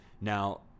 Now